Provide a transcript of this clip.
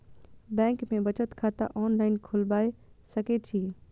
Bank में बचत खाता ऑनलाईन खोलबाए सके छी?